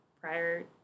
prior